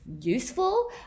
useful